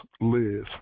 live